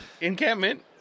encampment